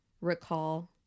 recall